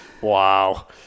Wow